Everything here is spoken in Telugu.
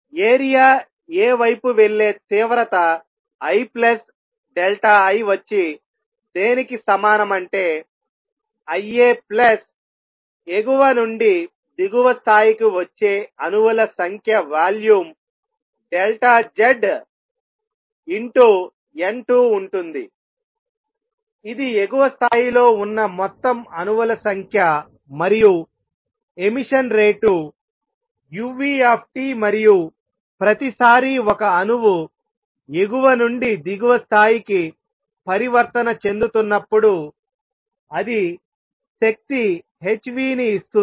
ఏరియా a వైపు వెళ్లే తీవ్రత II వచ్చి దేనికి సమానం అంటే Ia ఎగువ నుండి దిగువ స్థాయికి వచ్చే అణువుల సంఖ్య వాల్యూమ్Z n2 ఉంటుందిఇది ఎగువ స్థాయిలో ఉన్న మొత్తం అణువుల సంఖ్య మరియు ఎమిషన్ రేటు uT మరియు ప్రతిసారీ ఒక అణువు ఎగువ నుండి దిగువ స్థాయికి పరివర్తన చెందుతున్నప్పుడు అది శక్తి hνని ఇస్తుంది